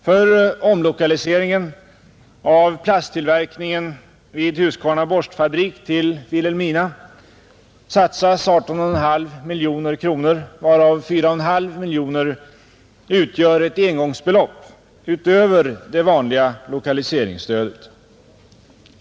För omlokaliseringen av plasttillverkningen vid Husqvarna Borstfabrik till Vilhelmina satsas 18,5 miljoner kronor varav 4,5 miljoner kronor utgör ett engångsbelopp utöver det vanliga lokaliseringsstödet.